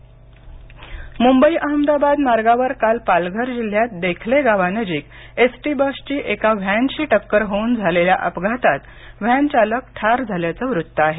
अपघात पालघर मुंबई अहमदाबाद मार्गावर काल पालघर जिल्ह्यात देखले गावानजिक एसटी बस ची एका व्हॅनशी टक्कर होऊन झालेल्या अपघातात व्हॅन चालक ठार झाल्याचं वृत्त आहे